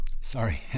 Sorry